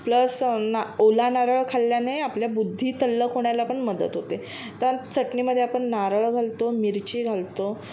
plus ना ओला नारळ खाल्ल्याने आपल्या बुद्धी तल्लख होण्याला पण मदत होते तर चटणीमधे आपण नारळ घालतो मिरची घालतो